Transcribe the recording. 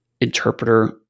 interpreter